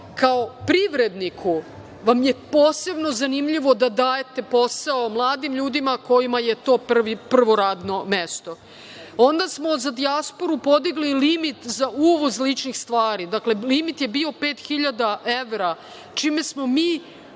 kao privredniku vam je posebno zanimljivo da dajete posao mladim ljudima kojima je to prvo radno mesto. Onda smo za dijasporu podigli limit za uvoz ličnih stvari. Limit je bio 5.000 evra, čime smo mi